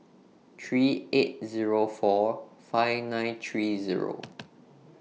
three eight Zero four five nine three Zero